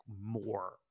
more